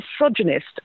misogynist